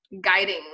guiding